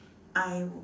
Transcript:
I